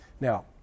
Now